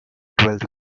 twelfth